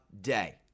Day